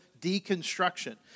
deconstruction